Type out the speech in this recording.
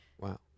Wow